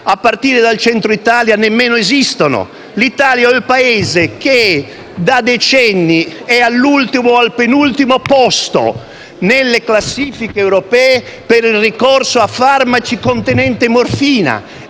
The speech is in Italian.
a partire dal Centro Italia, nemmeno esistono. L'Italia è il Paese che da decenni è all'ultimo o al penultimo posto nelle classifiche europee per il ricorso a farmaci contenenti morfina,